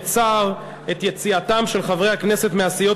בצער את יציאתם של חברי הכנסת מהסיעות